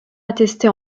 attesté